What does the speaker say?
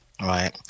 right